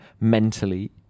mentally